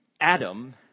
Adam